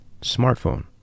smartphone